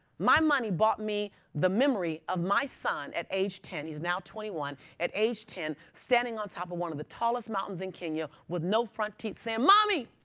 my money bought me the memory of my son at age ten he's now twenty one. at age ten, standing on top of one of the tallest mountains in kenya with no front teeth saying, mommy,